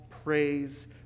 Praise